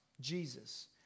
Jesus